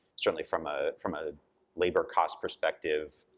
certainly, from ah from a labor cost perspective,